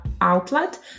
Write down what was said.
outlet